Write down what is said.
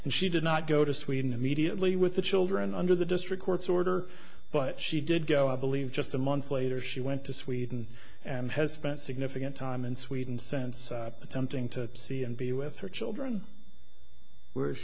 and she did not go to sweden immediately with the children under the district court's order but she did go i believe just a month later she went to sweden and has spent significant time in sweden sense attempting to see and be with her children were